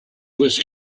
was